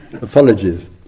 apologies